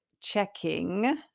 checking